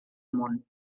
món